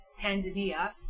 Tanzania